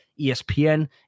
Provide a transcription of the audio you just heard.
ESPN